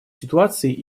ситуаций